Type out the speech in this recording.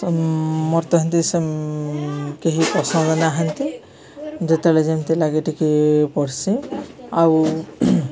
ମୋର୍ ତ ଏନ୍ତି ସେ କେହି ପସନ୍ଦ ନାହାନ୍ତି ଯେତେବେଳେ ଯେମିତି ଲାଗେ ଟିକେ ପଢ଼୍ସି ଆଉ